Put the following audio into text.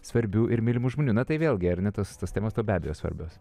svarbių ir mylimų žmonių na tai vėlgi ar ne tas tos temos tau be abejo svarbios